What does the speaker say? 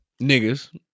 Niggas